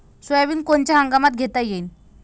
Soybean कोनच्या हंगामात घेता येईन?